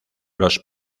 los